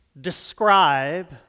describe